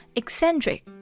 eccentric